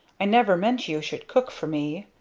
i never meant you should cook for me.